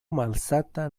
malsata